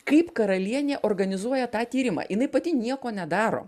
kaip karalienė organizuoja tą tyrimą jinai pati nieko nedaro